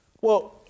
Well-